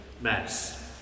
Mass